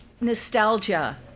nostalgia